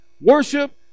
Worship